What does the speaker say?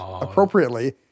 appropriately